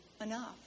enough